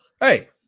Hey